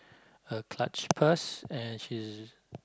her clutch purse and she's